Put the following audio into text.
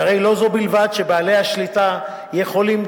שהרי לא זו בלבד שבעלי השליטה יכולים,